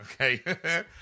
okay